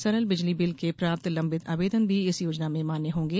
सरल बिजली बिल के प्राप्त लंबित आवेदन भी इस योजना में मान्य होंगे